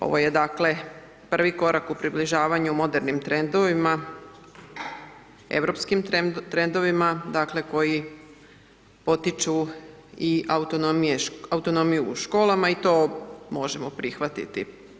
Ovo je dakle, prvi korak u približavanju modernim trendovima europskim trendovima, dakle koji potiču i autonomiju u školama i to možemo prihvatiti.